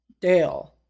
Dale